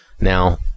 Now